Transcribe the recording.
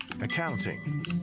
accounting